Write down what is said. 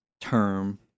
term